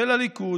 של הליכוד,